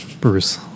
Bruce